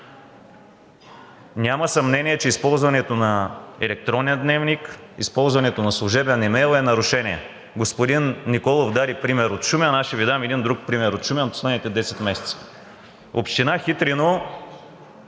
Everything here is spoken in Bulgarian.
Няма съмнение, че използването на електронен дневник, използването на служебен имейл е нарушение. Господин Николов даде пример от Шумен, а аз ще Ви дам един друг пример от Шумен за последните десет месеца. Община Хитрино